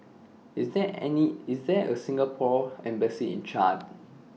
IS There any IS There A Singapore Embassy in Chad